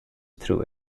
through